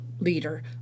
leader